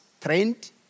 trained